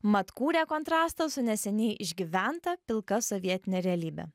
mat kūrė kontrastą su neseniai išgyventa pilka sovietine realybe